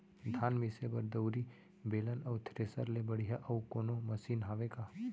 धान मिसे बर दउरी, बेलन अऊ थ्रेसर ले बढ़िया अऊ कोनो मशीन हावे का?